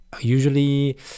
usually